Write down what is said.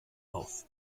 auf